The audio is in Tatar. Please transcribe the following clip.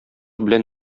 белән